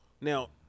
Now